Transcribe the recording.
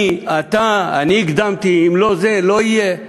אני, אתה, אני הקדמתי, אם לא, זה לא יהיה.